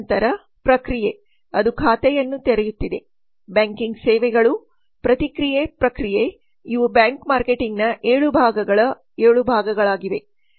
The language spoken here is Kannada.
ನಂತರ ಪ್ರಕ್ರಿಯೆ ಅದು ಖಾತೆಯನ್ನು ತೆರೆಯುತ್ತಿದೆ ಬ್ಯಾಂಕಿಂಗ್ ಸೇವೆಗಳು ಪ್ರತಿಕ್ರಿಯೆ ಪ್ರಕ್ರಿಯೆ ಇವು ಬ್ಯಾಂಕ್ ಮಾರ್ಕೆಟಿಂಗ್ನ 7 ಭಾಗಗಳ 7 ಭಾಗಗಳಾಗಿವೆ